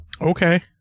Okay